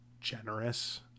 generous